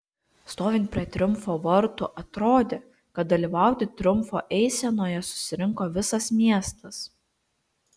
stovint prie triumfo vartų atrodė kad dalyvauti triumfo eisenoje susirinko visas miestas